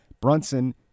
Brunson